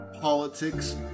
politics